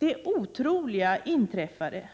Det otroliga inträffade,